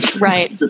Right